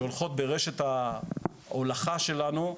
שהולכות ברשת ההולכה שלנו,